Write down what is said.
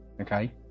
okay